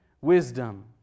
wisdom